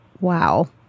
Wow